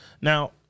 Now